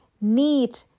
need